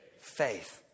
Faith